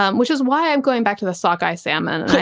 um which is why i'm going back to the sockeye salmon, and i